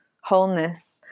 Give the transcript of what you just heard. wholeness